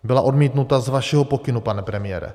Byla odmítnuta z vašeho pokynu, pane premiére.